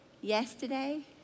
yesterday